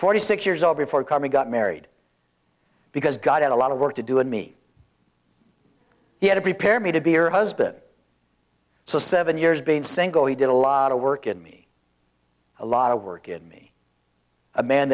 forty six years old before coming got married because god had a lot of work to do and me he had to prepare me to be your husband so seven years being single he did a lot of work in me a lot of work in me a man